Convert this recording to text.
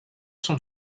sont